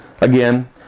Again